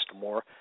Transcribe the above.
more